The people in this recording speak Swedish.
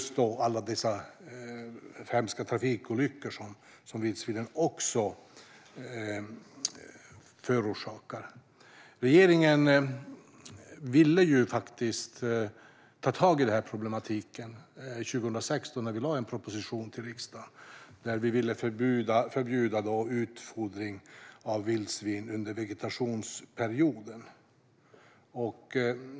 Sedan tillkommer de hemska trafikolyckor som vildsvinen också förorsakar. Regeringen ville faktiskt ta tag i denna problematik 2016 när vi lade fram en proposition till riksdagen, då vi ville förbjuda utfodring av vildsvin under vegetationsperioden.